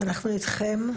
אנחנו אתכם,